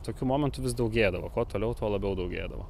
tokių momentų vis daugėdavo kuo toliau tuo labiau daugėdavo